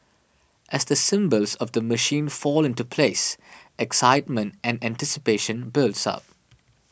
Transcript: as the symbols of the machine fall into place excitement and anticipation builds up